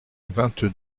vingt